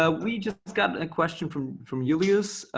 ah we just got a question from from julius,